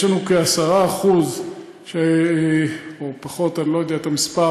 יש לנו כ-10% או פחות, אני לא יודע את המספר,